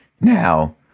Now